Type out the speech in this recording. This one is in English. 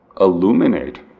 illuminate